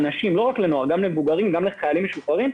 וגם למבוגרים,